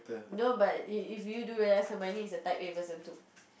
no but if if you do realise harmony is a type A person too